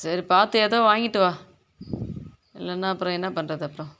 சரி பார்த்து ஏதோ வாங்கிட்டு வா இல்லைன்னா அப்புறம் என்ன பண்ணுறது அப்புறம்